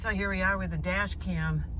so here we are with the dash cam.